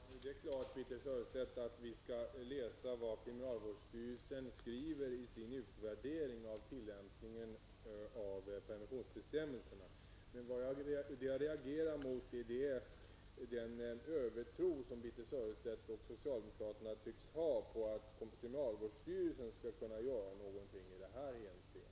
Herr talman! Det är klart, Birthe Sörestedt, att vi skall läsa vad kriminalvårdsstyrelsen skriver i sin utvärdering av tillämpningen av permissionsbestämmelserna. Vad jag reagerar emot är den övertro som Birthe Sörestedt och socialdemokraterna tycks ha på vad kriminalvårdsstyrelsen skall kunna göra i det här hänseendet.